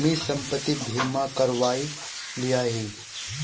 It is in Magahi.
मी संपत्ति बीमा करवाए लियाही